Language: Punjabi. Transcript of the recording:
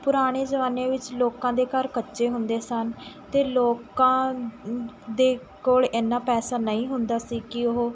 ਪੁਰਾਣੇ ਜ਼ਮਾਨੇ ਵਿੱਚ ਲੋਕਾਂ ਦੇ ਘਰ ਕੱਚੇ ਹੁੰਦੇ ਸਨ ਅਤੇ ਲੋਕਾਂ ਦੇ ਕੋਲ਼ ਐਨਾ ਪੈਸਾ ਨਹੀਂ ਹੁੰਦਾ ਸੀ ਕਿ ਉਹ